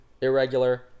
irregular